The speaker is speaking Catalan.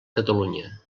catalunya